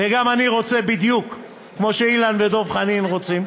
וגם אני רוצה בדיוק כמו שאילן ודב חנין רוצים,